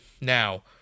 Now